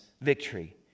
victory